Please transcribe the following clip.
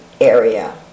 area